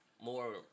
more